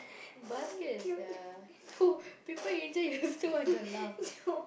basket sia who people injured you still want to laugh